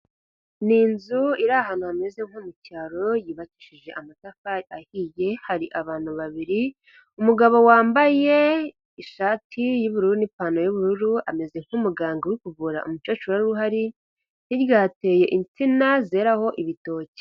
Ni inzu iri ahantu hameze nko mu cyaro yubakishije amatafari ahiye, hari abantu babiri. Umugabo wambaye ishati y'ubururu n'ipantaro y'ubururu, ameze nk'muganga uri kuvura umukecuru wari uhari. Hirya hateye insina zeraraho ibitoki.